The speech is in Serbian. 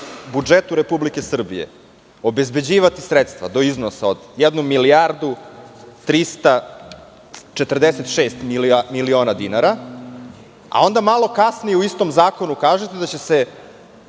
budžetu Republike Srbije obezbeđivati sredstva do iznosa od 1.346.000.000 dinara, a onda malo kasnije, u istom zakonu kažete da će se